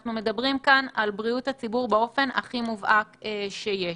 אנחנו מדברים פה על בריאות הציבור באופן הכי מובהק שיש.